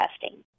testing